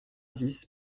dix